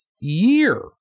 year